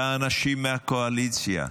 באנשים מהקואליציה,